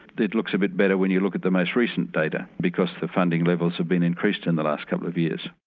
but it looks a bit better when you look at the most recent data, because the funding levels have been increased in the last couple of years.